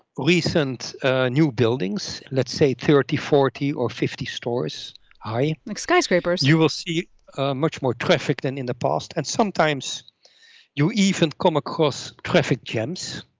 recent new buildings. let's say thirty, forty or fifty stories high like skyscrapers you will see much more traffic than in the past. and sometimes you even come across traffic jams.